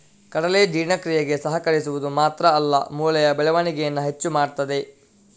ಕಡಲೆ ಜೀರ್ಣಕ್ರಿಯೆಗೆ ಸಹಕರಿಸುದು ಮಾತ್ರ ಅಲ್ಲ ಮೂಳೆಯ ಬೆಳವಣಿಗೇನ ಹೆಚ್ಚು ಮಾಡ್ತದೆ